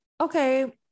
okay